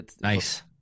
Nice